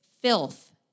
filth